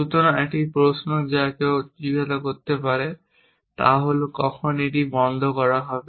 সুতরাং একটি প্রশ্ন যা কেউ জিজ্ঞাসা করতে পারে তা হল কখন এটি বন্ধ করা হবে